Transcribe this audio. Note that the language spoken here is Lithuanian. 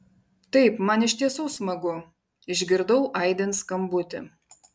taip man iš tiesų smagu išgirdau aidint skambutį